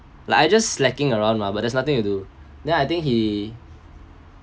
like I just slacking around mah but there's nothing to do then I think he